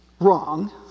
wrong